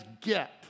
get